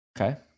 Okay